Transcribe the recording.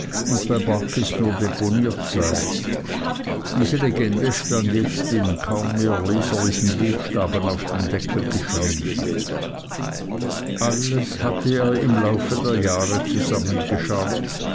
und bei barkis nur deponiert sei diese legende stand in jetzt kaum mehr leserlichen buchstaben auf dem deckel geschrieben alles hatte er im lauf der jahre